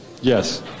Yes